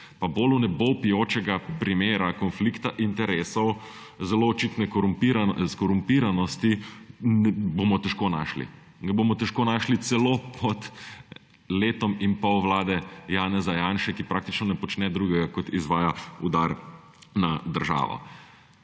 Bolj vnebovpijočega primera konflikta interesov zelo očitne skorumpiranosti bomo težko našli. Ga bomo težko našli celo pod letom in pol vlade Janeza Janše, ki praktično ne počne drugega, kot izvaja udar na državo.